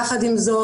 יחד עם זאת,